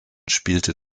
spielte